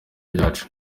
ryacu